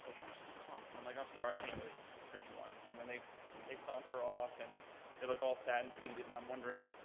like how much does it cost? and i'm like, i'm sorry, i can't really print you one. and then they they saunter off and they look all sad and defeated and i'm wondering,